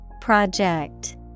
Project